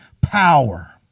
power